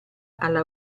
alla